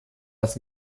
das